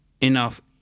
enough